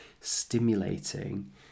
stimulating